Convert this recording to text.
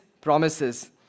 promises